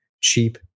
cheap